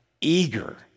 eager